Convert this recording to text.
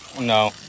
No